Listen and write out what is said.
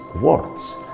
words